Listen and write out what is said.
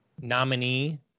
nominee